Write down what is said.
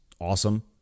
awesome